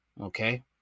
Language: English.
Okay